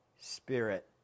spirit